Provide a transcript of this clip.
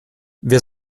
wer